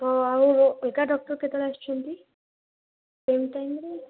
ତ ଆଉ ଅଲଗା ଡକ୍ଟର କେତେବେଳେ ଆସୁଛନ୍ତି ସେମ୍ ଟାଇମ୍ ରେ